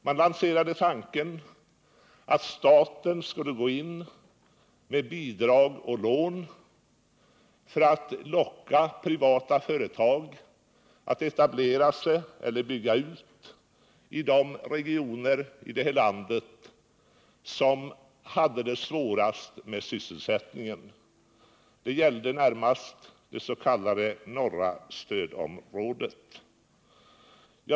Man lanserade tanken att staten skulle gå in med bidrag och lån för att locka privata företag att etablera sig eller bygga ut i de regioner som hade det svårast med sysselsättningen. Det gällde närmast det s.k. norra stödområdet.